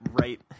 right